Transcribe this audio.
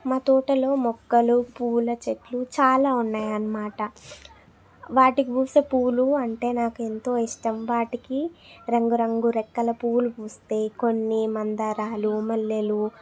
మా తోటలో మొక్కలు పువ్వుల చెట్లు చాలా ఉన్నాయన్నమాట వాటికి పూసే పువ్వులు అంటే నాకు ఎంతో ఇష్టం వాటికి రంగురంగు రెక్కల పువ్వులు పూస్తే కొన్ని మందారాలు మల్లెలు